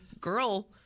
girl